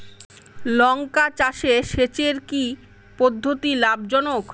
লঙ্কা চাষে সেচের কি পদ্ধতি লাভ জনক?